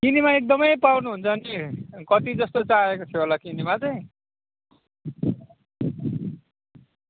किनामा किनामा एकदमै पाउनुहुन्छ नि कति जस्तो चाहिएको थियो होला किनामा चाहिँ